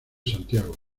santiago